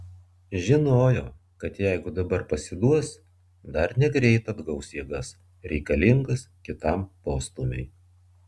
žinojo kad jeigu dabar pasiduos dar negreit atgaus jėgas reikalingas kitam postūmiui